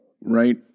Right